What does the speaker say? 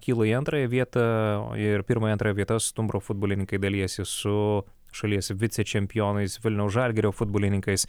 kyla į antrąją vietą o ir pirmąją antrąją vietas stumbro futbolininkai dalijasi su šalies vicečempionais vilniaus žalgirio futbolininkais